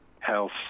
health